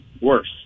worse